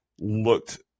looked